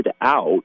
out